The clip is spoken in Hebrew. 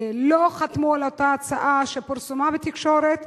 לא חתמו על אותה הצעה שפורסמה בתקשורת,